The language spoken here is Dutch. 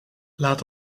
laat